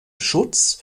schutz